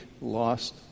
lost